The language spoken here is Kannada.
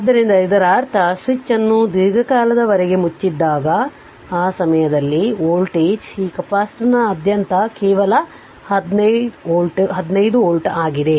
ಆದ್ದರಿಂದ ಇದರರ್ಥ ಸ್ವಿಚ್ ಅನ್ನು ದೀರ್ಘಕಾಲದವರೆಗೆ ಮುಚ್ಚಿದಾಗ ಆ ಸಮಯದಲ್ಲಿ ಇಲ್ಲಿ ವೋಲ್ಟೇಜ್ ಈ ಕೆಪಾಸಿಟರ್ನಾದ್ಯಂತ ಕೇವಲ 15 ವೋಲ್ಟ್ ಆಗಿದೆ